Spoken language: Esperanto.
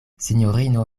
sinjorino